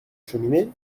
cheminée